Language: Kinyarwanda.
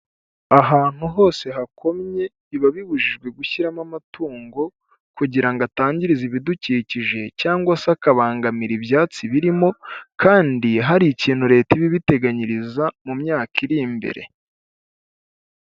Ahantu hose hakomye biba bibujijwe gushyiramo amatungo kugira ngo atangiriza ibidukikije cyangwa se akabangamira ibyatsi birimo kandi hari ikintu leta iba ibiteganyiriza mu myaka iri imbere.